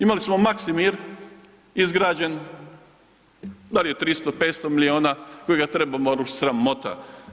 Imali smo Maksimir izgrađen dal je 300, 500 miliona kojega trebamo rušiti, sramota.